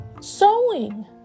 sewing